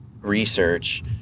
research